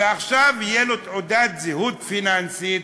ועכשיו תהיה לו תעודת זהות פיננסית: